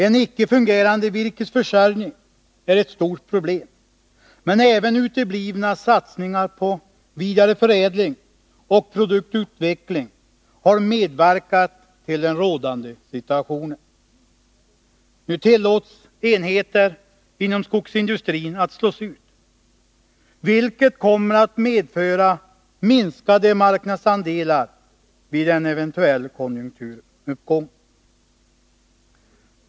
En icke fungerande virkesförsörjning är ett stort problem, men även uteblivna satsningar på vidareförädling och produktutveckling har medverkat till den rådande situationen. Nu tillåts enheter inom skogsindustrin att slås ut, vilket kommer att medföra minskade marknadsandelar vid en eventuell konjunkturuppgång.